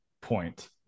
point